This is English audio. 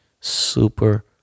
super